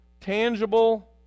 tangible